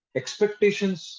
expectations